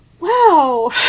Wow